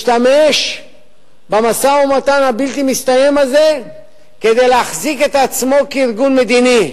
משתמש במשא-ומתן הבלתי-מסתיים הזה כדי להחזיק את עצמו כארגון מדיני.